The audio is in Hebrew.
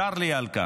צר לי על כך.